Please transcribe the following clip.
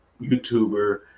YouTuber